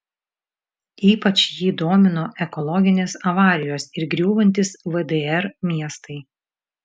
ypač jį domino ekologinės avarijos ir griūvantys vdr miestai